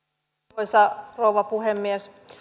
arvoisa rouva puhemies